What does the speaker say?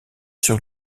sur